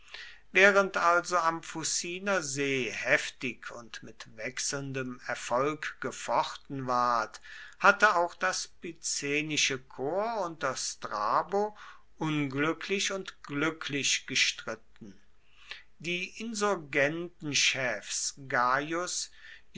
während also am fuciner see heftig und mit wechselndem erfolg gefochten ward hatte auch das picenische korps unter strabo unglücklich und glücklich gestritten die